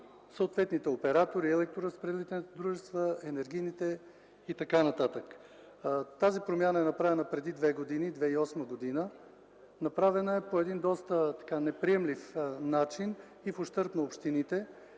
съответните оператори, електроразпределителните дружества, енергийните и т.н. Тази промяна е направена преди две години, в 2008 г. Направена е по един доста неприемлив начин и в ущърб на общините.